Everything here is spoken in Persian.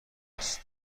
هست